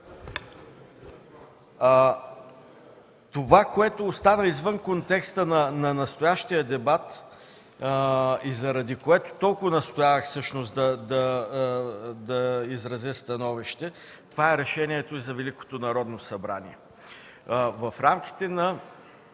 Това, което остана извън контекста на настоящия дебат и за което всъщност толкова настоявах да изразя становище, е решението за Великото народно събрание. В рамките на